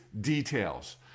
details